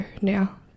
now